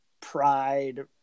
pride